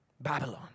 Babylon